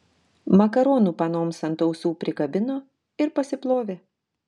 makaronų panoms ant ausų prikabino ir pasiplovė